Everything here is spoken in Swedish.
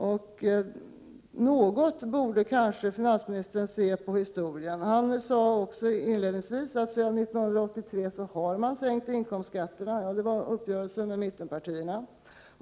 Och något borde kanske finansministern se på historien. Han sade inledningsvis att inkomstskatterna hade sänkts något sedan 1983, genom en uppgörelse med mittenpartierna.